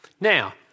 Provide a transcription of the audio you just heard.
Now